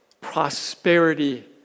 prosperity